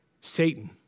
Satan